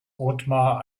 otmar